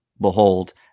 behold